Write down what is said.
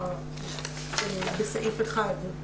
נתחיל מסעיף 4: